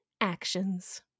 actions